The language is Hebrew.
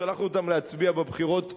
שלחנו אותם להצביע בבחירות במצרים,